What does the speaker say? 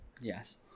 yes